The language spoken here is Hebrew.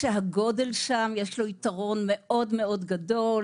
לגודל יש יתרון מאוד גדול,